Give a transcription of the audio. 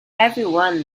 everyone